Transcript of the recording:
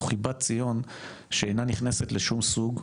או חיבת ציון שאינה נכנסת לשום סוג,